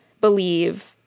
believe